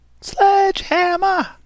Sledgehammer